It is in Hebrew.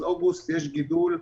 אז באוגוסט יש גידול,